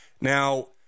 Now